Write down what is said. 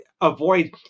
avoid